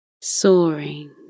soaring